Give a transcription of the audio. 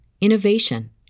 innovation